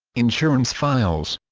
insurance files